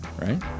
Right